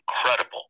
incredible